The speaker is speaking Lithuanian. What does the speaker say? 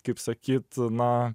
kaip sakyt na